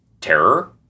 terror